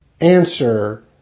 Answer